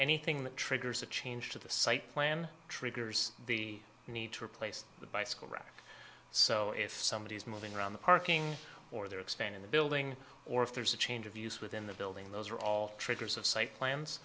anything that triggers a change to the site plan triggers the need to replace the bicycle rack so if somebody is moving around the parking or they're expanding the building or if there's a change of use within the building those are all triggers of site